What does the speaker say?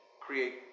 create